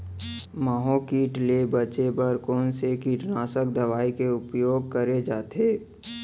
माहो किट ले बचे बर कोन से कीटनाशक दवई के उपयोग करे जाथे?